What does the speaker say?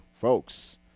folks